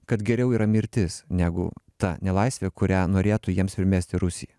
kad geriau yra mirtis negu ta nelaisvė kurią norėtų jiems primesti rusija